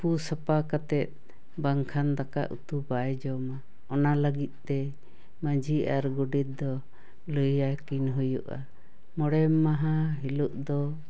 ᱛᱩᱯᱩ ᱥᱟᱯᱷᱟ ᱠᱟᱛᱮᱫ ᱵᱟᱝᱠᱷᱟᱱ ᱫᱟᱠᱟ ᱩᱛᱩ ᱵᱟᱭ ᱡᱚᱢᱟ ᱚᱱᱟ ᱞᱟᱹᱜᱤᱫᱛᱮ ᱢᱟᱺᱡᱷᱤ ᱟᱨ ᱜᱚᱰᱮᱛ ᱫᱚ ᱞᱟᱹᱭ ᱟᱹᱠᱤᱱ ᱦᱩᱭᱩᱜᱼᱟ ᱢᱚᱲᱮ ᱢᱟᱦᱟ ᱦᱤᱞᱳᱜᱼᱫᱚ